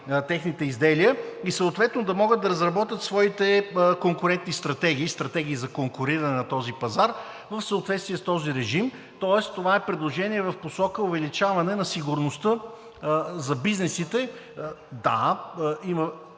техните изделия, и съответно да могат да разработят своите конкурентни стратегии, стратегии за конкуриране на този пазар в съответствие с този режим. Тоест това е предложение в посока увеличаване на сигурността за бизнесите. Да, има